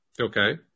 Okay